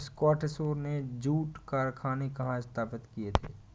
स्कॉटिशों ने जूट कारखाने कहाँ स्थापित किए थे?